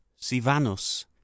Sivanus